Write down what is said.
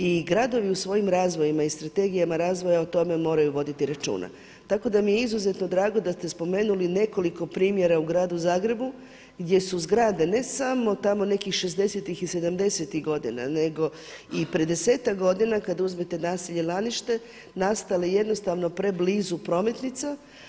I gradovi u svojim razvojima i strategijama razvoja o tome moraju voditi računa, tako da mi je izuzetno drago da ste spomenuli nekoliko primjera u gradu Zagrebu gdje su zgrade ne samo tamo nekih 60-tih i 70-tih godina, nego i pred desetak godina kada uzmete naselje Lanište nastale jednostavno preblizu prometnica.